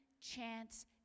chance